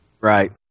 Right